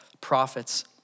prophets